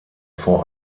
vor